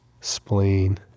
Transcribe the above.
spleen